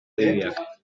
adibideak